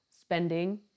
spending